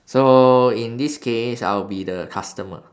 so in this case I'll be the customer